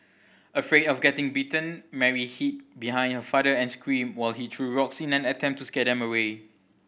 afraid of getting bitten Mary hid behind her father and screamed while he threw rocks in an attempt to scare them away